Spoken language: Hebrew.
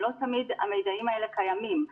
לא תמיד המידע הזה קיים,